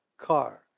car